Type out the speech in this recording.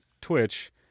Twitch